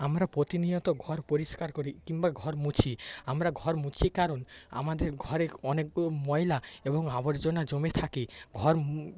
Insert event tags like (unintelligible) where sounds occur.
আমরা প্রতিনিয়ত ঘর পরিষ্কার করি কিংবা ঘর মুছি আমরা ঘর মুছি কারণ আমাদের ঘরে অনেক (unintelligible) ময়লা এবং আবর্জনা জমে থাকে ঘর